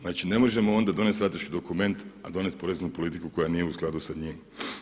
Znači, ne možemo onda donijeti strateški dokument, a donijeti poreznu politiku koja nije u skladu s njim.